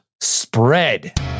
spread